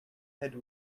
head